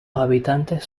habitantes